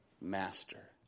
Master